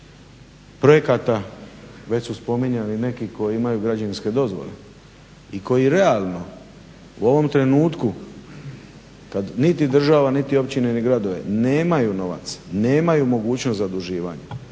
projekata, već su spominjani neki koji imaju građevinske dozvole i koji realno u ovom trenutku kad niti država, niti općina, ni gradovi nemaju novaca, nemaju mogućnost zaduživanja.